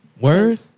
Word